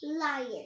lion